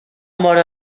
mort